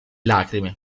lacrime